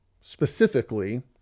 specifically